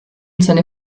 seine